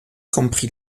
comprit